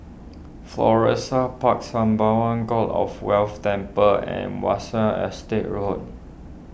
Florissa Park Sembawang God of Wealth Temple and Estate Road